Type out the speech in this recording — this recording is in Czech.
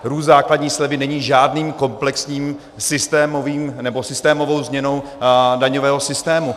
Růst základní slevy není žádným komplexním systémovým... nebo systémovou změnou daňového systému.